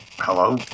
Hello